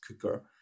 cooker